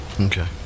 Okay